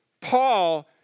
Paul